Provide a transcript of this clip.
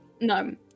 No